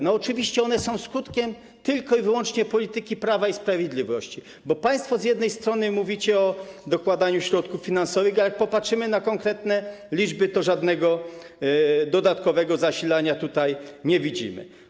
One oczywiście są skutkiem tylko i wyłącznie polityki Prawa i Sprawiedliwości, bo państwo z jednej strony mówicie o dokładaniu środków finansowych, a jak popatrzymy na konkretne liczby, to żadnego dodatkowego zasilania tutaj nie widzimy.